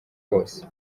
kose